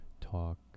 talk